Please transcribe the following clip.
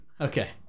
Okay